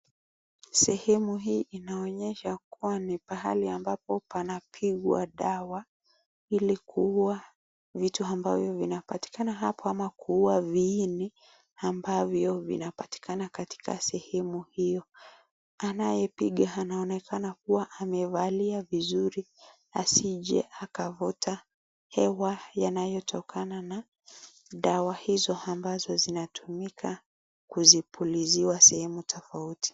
Sehemu hii inaonyesha kua ni pahali ambapo panapigwa dawa, ili kuua vitu ambavyo vinapatikana hapo ama kuua viini ambavyo vinapatikana katika sehemu hiyo. Anayepiga anaonekana kua amevalia vizuri asije akavuta hewa yanayo tokana na dawa hizo ambazo zinatumika kuzipuliziwa sehemu tofauti.